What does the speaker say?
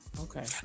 Okay